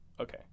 okay